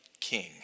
king